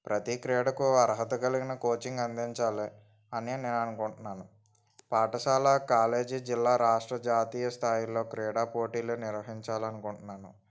ప్రతి క్రీడకు అర్హత కలిగిన కోచింగ్ అందించాలి అని నేను అనుకుంటున్నాను పాఠశాల కాలేజీ జిల్లా రాష్ట్ర జాతీయ స్థాయిలలో క్రీడా పోటీలు నిర్వహించాలి అనుకుంటున్నాను